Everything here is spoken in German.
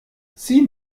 sieh